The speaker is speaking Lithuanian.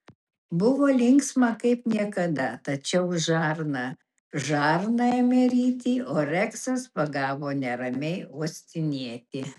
buvo linksma kaip niekada tačiau žarna žarną ėmė ryti o reksas pagavo neramiai uostinėti